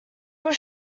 was